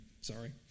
sorry